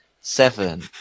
seven